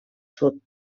sud